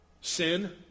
Sin